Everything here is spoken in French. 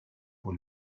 pour